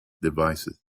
devices